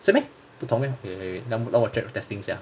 是 meh 不懂 leh okay 让我 check 我 testing 一下